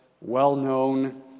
well-known